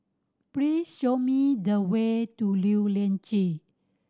please show me the way to Lew Lian